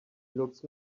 looks